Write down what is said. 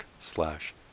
slash